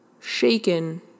shaken